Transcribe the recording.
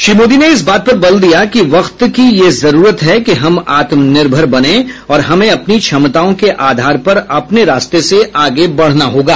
श्री मोदी ने इस बात पर बल दिया कि वक्त की यह जरूरत है कि हम आत्मनिर्भर बनें और हमें अपनी क्षमताओं के आधार पर अपने रास्ते से आगे बढ़ना होगा